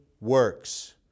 works